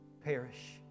perish